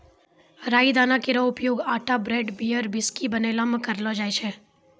राई दाना केरो उपयोग आटा ब्रेड, बियर, व्हिस्की बनैला म करलो जाय छै